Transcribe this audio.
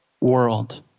world